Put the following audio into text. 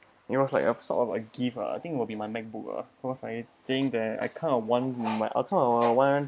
it was like a sort of like gift lah I think will be my macbook ah because I think that I kind of want my I kind of want